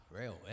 real